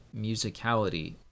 musicality